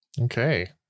Okay